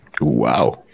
Wow